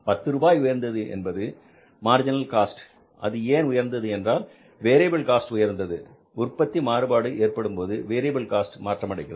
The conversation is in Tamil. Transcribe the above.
பத்து ரூபாய் உயர்ந்தது என்பது மார்ஜினல் காஸ்ட் அது ஏன் உயர்ந்தது என்றால் வேரியபில் காஸ்ட் உயர்ந்தது உற்பத்தி மாறுபாடு ஏற்படும்போது வேரியபில் காஸ்ட் மாற்றமடைகிறது